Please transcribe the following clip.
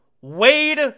Wade